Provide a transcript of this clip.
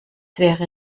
wäre